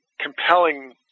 compelling